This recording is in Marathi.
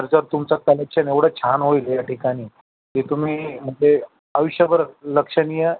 तर सर तुमचं कलेक्शन एवढं छान होईल या ठिकाणी की तुम्ही म्हणजे आयुष्यभर लक्षणीय